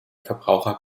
verbraucher